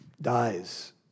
dies